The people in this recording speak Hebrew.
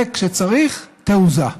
וכשצריך, תעוזה.